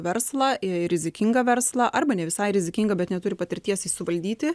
verslą rizikingą verslą arba ne visai rizikingą bet neturi patirties jį suvaldyti